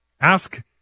Ask